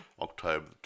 October